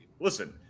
listen